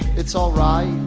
it's all right.